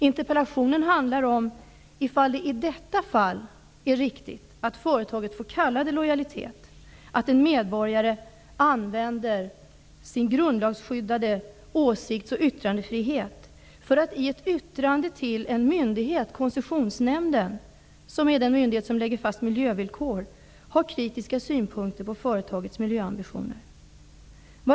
Interpellationen handlar om ifall det i detta fall är riktigt att företaget får kalla det illojalitet att en medborgare använder sin grundlagsskyddade åsikts och yttrandefrihetsrätt för att i ett yttrande till en myndighet, Koncessionsnämnden, som är den myndighet som lägger fast miljövillkor, ha kritiska synpunkter på företagets miljöambitioner.